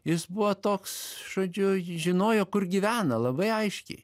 jis buvo toks žodžiu žinojo kur gyvena labai aiškiai